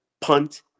punt